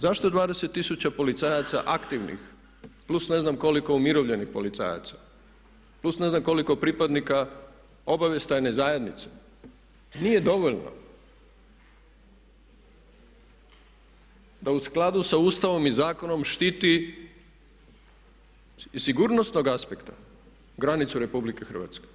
Zašto 20 000 policajaca aktivnih plus ne znam koliko umirovljenih policajaca, plus ne znam koliko pripadnika obavještajne zajednice nije dovoljno da u skladu sa Ustavom i zakonom štiti iz sigurnosnog aspekta granicu RH?